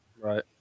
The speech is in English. Right